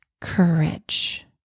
courage